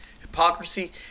hypocrisy